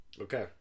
Okay